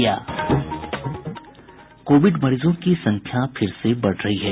Covid मरीजों की संख्या फिर से बढ़ रही है